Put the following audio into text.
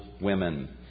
women